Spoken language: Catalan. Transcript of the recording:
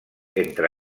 entre